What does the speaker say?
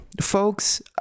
folks